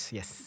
Yes